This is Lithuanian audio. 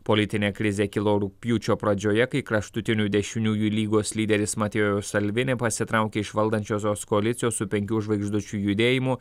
politinė krizė kilo rugpjūčio pradžioje kai kraštutinių dešiniųjų lygos lyderis mateo salvini pasitraukė iš valdančiosios koalicijos su penkių žvaigždučių judėjimu